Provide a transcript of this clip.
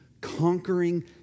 conquering